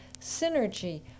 synergy